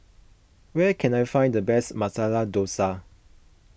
where can I find the best Masala Dosa